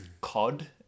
cod